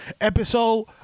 Episode